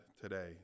today